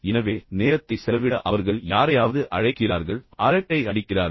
எனவே நேரத்தை செலவிட அவர்கள் யாரையாவது அழைக்கிறார்கள் அவர்கள் அரட்டை அடிக்கிறார்கள்